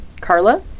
Carla